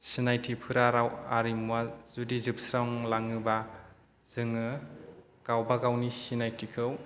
सिनायथिफोरा राव आरिमुवा जुदि जोबस्रांलाङोबा जोङो गावबा गावनि सिनायथिखौ